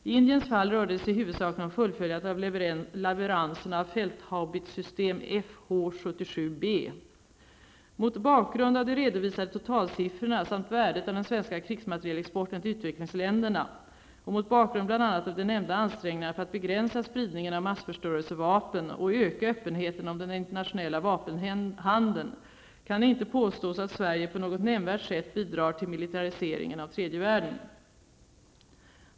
I Indiens fall rörde det sig huvudsakligen om fullföljandet av leveranserna av fälthaubitssystem Mot bakgrund av de redovisade totalsiffrorna samt värdet av den svenska krigsmaterielexporten till utvecklingsländerna, och mot bakgrund bl.a. av de nämnda ansträngningarna för att begränsa spridningen av massförstörelsevapen och öka öppenheten om den internationella vapenhandeln, kan det inte påstås att Sverige på något nämnvärt sätt bidrar till militariseringen av tredje världen.